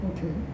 Okay